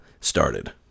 started